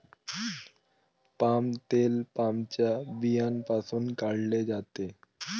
palm तेल पामच्या बियांपासून काढले जाते